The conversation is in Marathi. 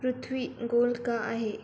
पृथ्वी गोल का आहे